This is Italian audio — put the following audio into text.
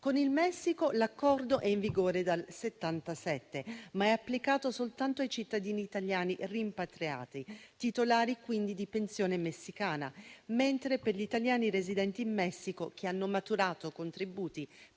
Con il Messico l'accordo è in vigore dal 1977, ma è applicato soltanto ai cittadini italiani rimpatriati, titolari quindi di pensione messicana, mentre per gli italiani residenti in Messico che hanno maturato contributi